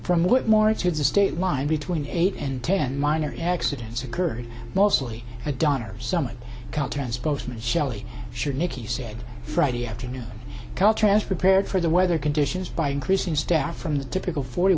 from what more to the state line between eight and ten minor accidents occurred mostly a donner summit county and spokesman shelley sure nicky said friday afternoon caltrans prepared for the weather conditions by increasing staff from the typical forty